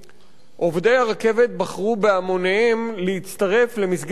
עובדי הרכבת בחרו בהמוניהם להצטרך למסגרת אחרת,